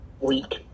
week